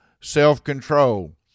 self-control